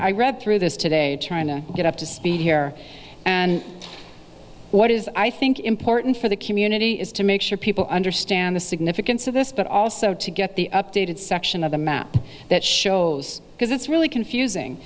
i read through this today trying to get up to speed here and what is i think important for the community is to make sure people understand the significance of this but also to get the updated section of the map that shows because it's really confusing